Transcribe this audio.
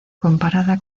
comparada